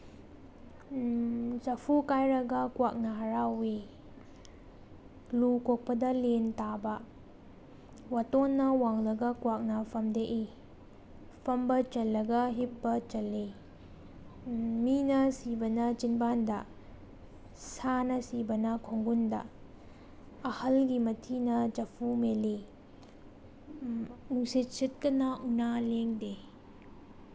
ꯆꯐꯨ ꯀꯥꯏꯔꯒ ꯀ꯭ꯋꯥꯛꯅ ꯍꯔꯥꯎꯋꯤ ꯂꯨ ꯀꯣꯛꯄꯗ ꯂꯦꯟ ꯇꯥꯕ ꯋꯥꯇꯣꯟꯅ ꯋꯥꯡꯂꯒ ꯀ꯭ꯋꯥꯛꯅ ꯐꯝꯗꯦꯛꯏ ꯐꯝꯕ ꯆꯜꯂꯒ ꯍꯤꯞꯄ ꯆꯜꯂꯤ ꯃꯤꯅ ꯁꯤꯕꯅ ꯆꯤꯟꯕꯥꯟꯗ ꯁꯥꯅ ꯁꯤꯕꯅ ꯈꯣꯡꯒꯨꯜꯗ ꯑꯍꯜꯒꯤ ꯃꯊꯤꯅ ꯆꯐꯨ ꯃꯦꯜꯂꯤ ꯅꯨꯡꯁꯤꯠ ꯁꯤꯠꯇꯅ ꯎꯅꯥ ꯂꯦꯡꯗꯦ